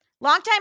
longtime